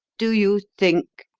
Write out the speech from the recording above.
do you think,